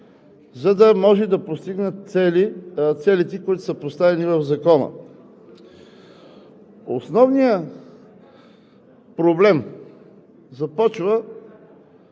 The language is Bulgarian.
за да могат да постигнат целите, които са поставени в Закона. Основният проблем започва